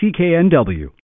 CKNW